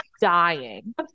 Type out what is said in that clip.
dying